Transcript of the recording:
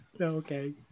Okay